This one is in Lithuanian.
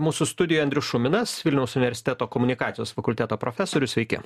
mūsų studijoj andrius šuminas vilniaus universiteto komunikacijos fakulteto profesorius sveiki